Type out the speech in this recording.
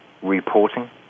reporting